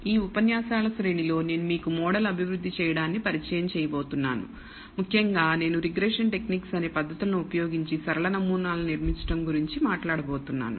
ఈ ఉపన్యాసాల శ్రేణిలో నేను మీకు మోడల్ అభివృద్ధి చేయడాన్నిపరిచయం చేయబోతున్నాను ముఖ్యంగా నేను రిగ్రెషన్ టెక్నిక్స్ అనే పద్ధతులను ఉపయోగించి సరళ నమూనాలను నిర్మించడం గురించి మాట్లాడబోతన్నాను